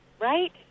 right